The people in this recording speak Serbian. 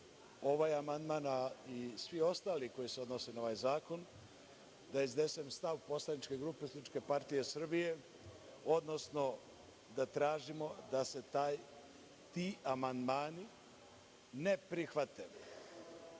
ovaj amandman, a i svi ostali koji se odnose na ovaj zakon, da iznesem stav Poslaničke grupe Socijalističke partije Srbije, odnosno da tražimo da se ti amandmani ne prihvate.